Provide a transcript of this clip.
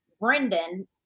Brendan